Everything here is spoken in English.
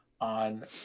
on